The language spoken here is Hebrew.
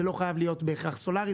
זה לא חייב להיות בהכרח סולארי,